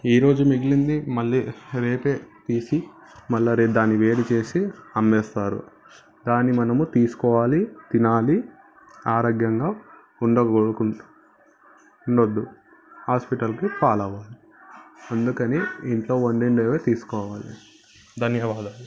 ఈ రోజు మిగిలింది మళ్ళీ రేపే తీసి మళ్ళీ రేపు దాన్ని వేడి చేసి అమ్మేస్తారు దాన్ని మనము తీసుకోవాలి తినాలి ఆరోగ్యంగా ఉండకుండా ఉండద్దు హాస్పిటల్కి పాలవ్వాలి అందుకని ఇంట్లో వండినవి తీసుకోవాలి ధన్యవాదాలు